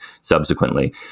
subsequently